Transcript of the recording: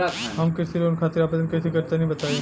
हम कृषि लोन खातिर आवेदन कइसे करि तनि बताई?